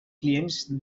clients